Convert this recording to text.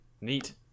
Neat